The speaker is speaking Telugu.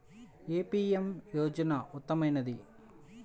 ఏ పీ.ఎం యోజన ఉత్తమమైనది?